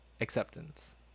Acceptance